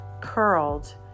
curled